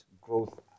growth